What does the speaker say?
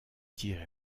tirées